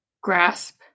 grasp